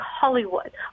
Hollywood